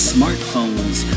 Smartphones